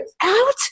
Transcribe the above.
out